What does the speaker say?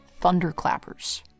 thunderclappers